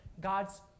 God's